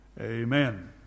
Amen